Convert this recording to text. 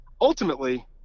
Ultimately